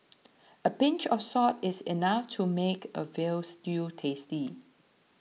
a pinch of salt is enough to make a Veal Stew tasty